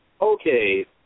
okay